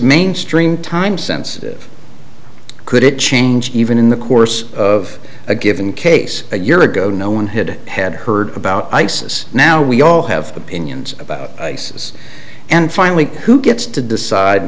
mainstream time sensitive could it change even in the course of a given case a year ago no one had had heard about isis now we all have opinions about this and finally who gets to decide